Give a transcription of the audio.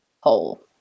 hole